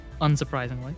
unsurprisingly